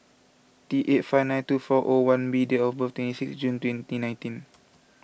T eight five nine two four O one B date of birth is twenty six June twenty nineteen